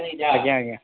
ଆ୍ ଆଜ୍ଞା ଆଜ୍ଞା